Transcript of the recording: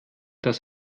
dass